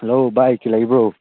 hello ꯚꯥꯏ ꯀꯔꯤ ꯂꯩꯕ꯭ꯔꯣ